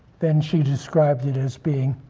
then she described it as being